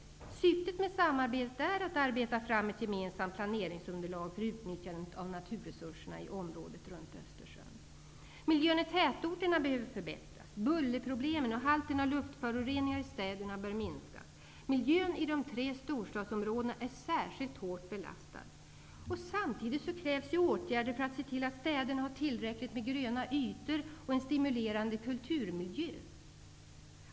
Syftet med samarbetet är att arbeta fram ett gemensamt planeringsunderlag för utnyttjandet av naturresurserna i området runt Miljön i tätorterna behöver förbättras. Bullerproblemen och halten av luftföroreningar i städerna bör minskas. Miljön i de tre storstadsområdena är särskilt hårt belastad. Samtidigt krävs åtgärder för att se till att städerna har tillräckligt med gröna ytor och en stimulerande kulturmiljö.